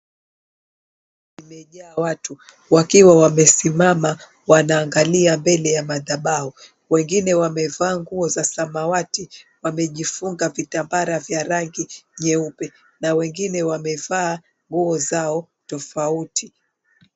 Kanisa imejaa watu wakiwa wamesimama wanaangalia mbele ya madhabau, wengine wamevaa nguo za samawati, wamejifunga vitambara vya rangi nyeupe na wengine wamevaa nguo zao tofauti.